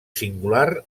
singular